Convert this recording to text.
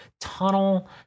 Tunnel